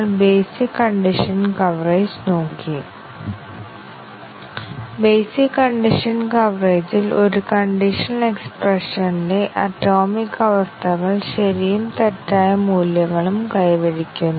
ഒരു white box ടെസ്റ്റിംഗിൽ ഞങ്ങൾ കോഡ് നോക്കുന്നു ഞങ്ങൾ ആവശ്യകത ഡോക്യുമെന്റ് നോക്കുന്നില്ല ആവശ്യകത ഡോക്യുമെന്റിന്റെ അടിസ്ഥാനത്തിൽ ടെസ്റ്റ് കേസുകൾ രൂപകൽപ്പന ചെയ്യുന്നില്ല കോഡിനെ അടിസ്ഥാനമാക്കി ഘടന തിരിച്ചറിയുകയും തുടർന്ന് ടെസ്റ്റ് കേസുകൾ രൂപകൽപ്പന ചെയ്യുകയും ചെയ്യുന്നു